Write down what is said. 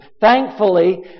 Thankfully